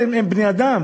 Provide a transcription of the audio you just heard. בית-המשפט, הם בני-אדם.